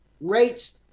rates